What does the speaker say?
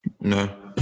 No